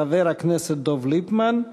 חבר הכנסת דב ליפמן,